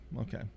Okay